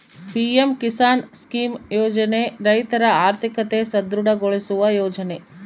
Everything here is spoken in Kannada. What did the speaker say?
ಪಿ.ಎಂ ಕಿಸಾನ್ ಸ್ಕೀಮ್ ಯೋಜನೆ ರೈತರ ಆರ್ಥಿಕತೆ ಸದೃಢ ಗೊಳಿಸುವ ಯೋಜನೆ